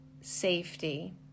Safety